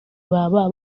baba